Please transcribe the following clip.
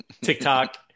TikTok